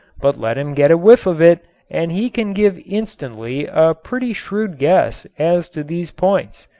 but let him get a whiff of it and he can give instantly a pretty shrewd guess as to these points.